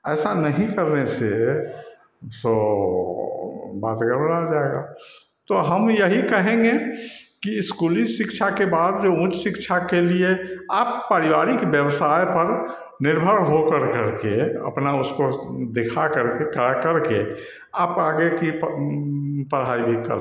ऐसा नही करने से तो बात गड़बड़ा जाएगा तो हम यही कहेंगे की स्कूली शिक्षा के बाद उच्च शिक्षा के लिए आप परिवारीक व्यवसाय पर निर्भर हो कर कर के अपना उसको दिखा करके कर करके आप आगे की पढ़ाई भी कर